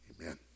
Amen